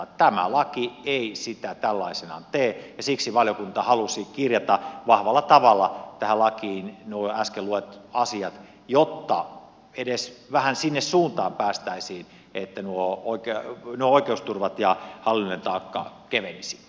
tämä laki ei sitä tällaisenaan tee ja siksi valiokunta halusi kirjata vahvalla tavalla tähän lakiin nuo äsken luetellut asiat jotta edes vähän sinne suuntaan päästäisiin oikeusturvan takia ja siksi että hallinnollinen taakka kevenisi